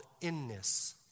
inness